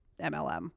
MLM